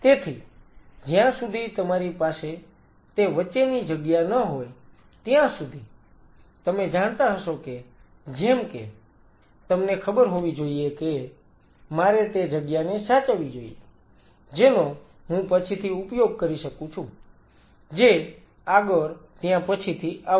તેથી જ્યાં સુધી તમારી પાસે તે વચ્ચેની જગ્યા ન હોય ત્યાં સુધી તમે જાણતા હશો કે જેમ કે તમને ખબર હોવી જોઈએ કે મારે તે જગ્યાને સાચવવી જોઈએ જેનો હું પછીથી ઉપયોગ કરી શકું છું જે આગળ ત્યાં પછીથી આવશે